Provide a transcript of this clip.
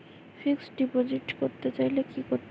Fixed deposit করতে চাইলে কি করতে হবে?